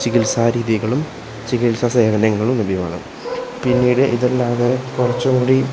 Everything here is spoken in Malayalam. ചികിത്സാരീതികളും ചികിത്സ സേവനങ്ങളും ലഭ്യമാണ് പിന്നീട് ഇതല്ലാതെ കുറച്ചുംകൂടി